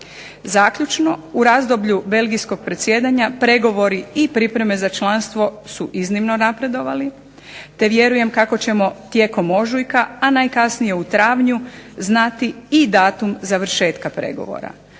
Zaključno u razdoblju belgijskog predsjedanja pregovori i pripreme za članstvo su iznimno napredovali, te vjerujem kako ćemo tijekom ožujka, a najkasnije u travnju znati i datum završetka pregovora.